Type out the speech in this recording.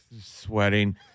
sweating